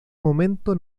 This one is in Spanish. momento